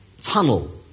tunnel